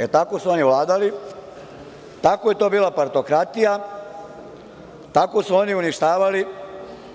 E, tako su oni vladali, tako je to bila partokratija, tako su oni uništavali